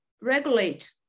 regulate